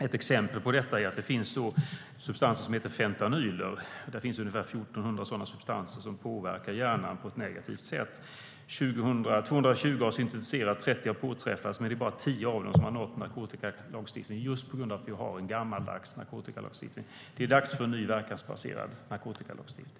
Ett exempel är att det finns substanser som heter fentanyler. Det finns ungefär 1 400 sådana substanser som påverkar hjärnan på ett negativt sätt. Av dem har 220 syntetiserats och 30 påträffats, men det är bara 10 av dem som har nått narkotikalagstiftningen, eftersom vi har en gammaldags narkotikalagstiftning. Det är dags för en ny verkansbaserad narkotikalagstiftning.